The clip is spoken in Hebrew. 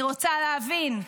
אני רוצה להבין.